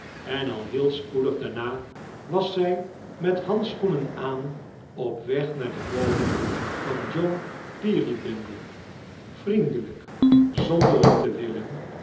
en al heel spoedig daarna was zij met handsichoeaen aan op weg naar de waning van john peerybingle vriendelijk zionder het te willen